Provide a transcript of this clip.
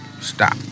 Stop